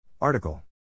Article